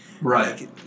Right